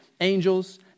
angels